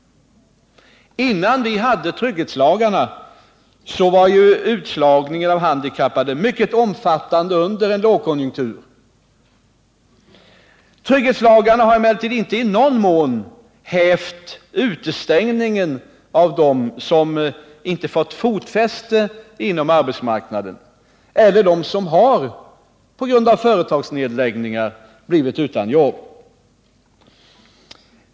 Innan vi hade trygghetslagarna var utslagningen av handikappade mycket omfattande under en lågkonjunktur. Trygghetslagarna har emellertid inte i någon mån hävt utestängningen av dem som inte fått fotfäste på arbetsmarknaden eller av dem som på grund av företagsnedläggningar har blivit utan jobb.